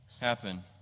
happen